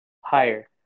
higher